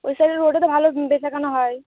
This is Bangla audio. ওই সাইডের রোডে তো ভালো বেচা কেনা হয়